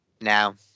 now